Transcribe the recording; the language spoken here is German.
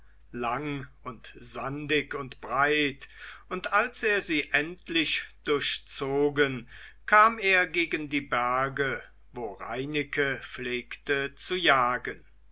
lang und sandig und breit und als er sie endlich durchzogen kam er gegen die berge wo reineke pflegte zu jagen